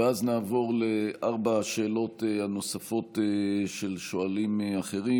ואז נעבור לארבע השאלות הנוספות של שואלים אחרים,